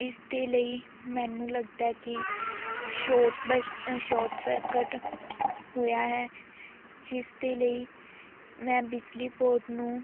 ਇਸ ਦੇ ਲਈ ਮੈਨੂੰ ਲੱਗਦਾ ਕਿ ਸ਼ੋਟ ਬ ਸ਼ੋਟ ਸਰਕਟ ਹੋਇਆ ਹੈ ਜਿਸ ਦੇ ਲਈ ਮੈਂ ਬਿਜਲੀ ਬੋਰਡ ਨੂੰ